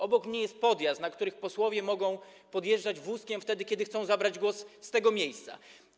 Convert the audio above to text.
Obok niej jest podjazd, po którym posłowie mogą podjeżdżać wózkiem, kiedy chcą zabrać głos z tego miejsca.